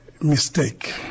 mistake